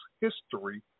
history